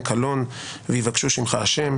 מלא פניהם קלון, ויבקשו שמך ה'.